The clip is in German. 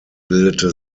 bildete